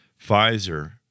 Pfizer